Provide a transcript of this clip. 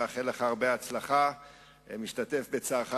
אני מאחל לך הרבה הצלחה ומשתתף בצערך,